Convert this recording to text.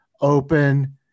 open